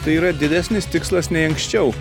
tai yra didesnis tikslas nei anksčiau